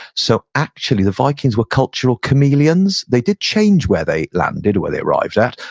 so actually, the vikings were cultural chameleons. they did change where they landed, where they arrived at,